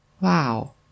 Wow